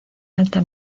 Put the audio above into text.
alta